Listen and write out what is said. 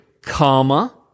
comma